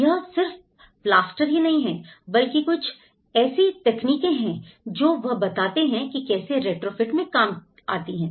यह सिर्फ प्लास्टर ही नहीं है बल्कि कुछ ऐसी तकनीकें हैं जो वह बताते हैं कि कैसे रिट्रोफिट में काम आती हैं